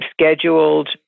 scheduled